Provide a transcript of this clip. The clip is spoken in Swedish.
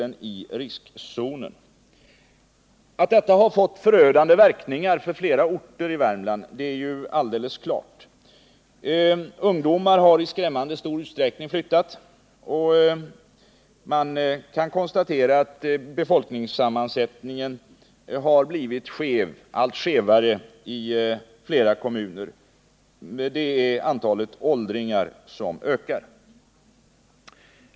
Det är alldeles klart att detta har fått förödande verkningar på flera orter i Värmland. Ungdomen har i skrämmande stor utsträckning flyttat, och befolkningssammansättningen har blivit allt skevare i flera kommuner genom att antalet åldringar ökar.